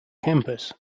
campus